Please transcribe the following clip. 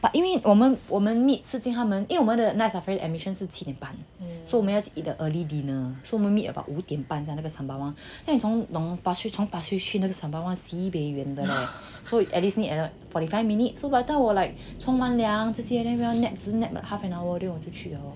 but 因为我们我们 meet 是因为我们的 night safari admission 是七点半 so 我们要吃 early dinner so 我们 meet about 五点半在那个 sembawang 因为你从从 pasir ris 去那个 sembawang sibei 远的 so you at least need around fourty five minutes so by the time 我 like 冲完凉这些 then 我要 nap 只是 nap like half an hour then 我就出去 lor